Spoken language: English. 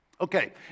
Okay